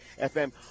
FM